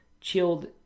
chilled